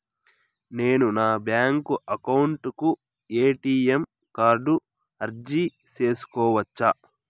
నేను నా bank account కు ఎ.టి.ఎం కార్డు అర్జీ సేసుకోవచ్చా?